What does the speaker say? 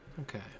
okay